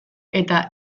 eta